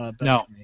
No